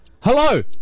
Hello